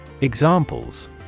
Examples